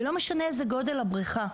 ולא משנה איזה גודל הבריכה.